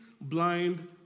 blind